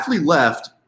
left